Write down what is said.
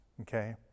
Okay